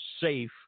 safe